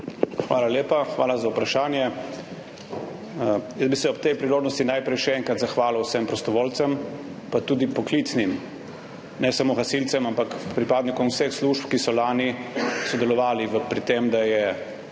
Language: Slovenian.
Hvala lepa. Hvala za vprašanje. Jaz bi se ob tej priložnosti najprej še enkrat zahvalil vsem prostovoljcem in tudi poklicnim, ne samo gasilcem, ampak pripadnikom vseh služb, ki so lani sodelovali pri tem, da je